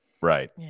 Right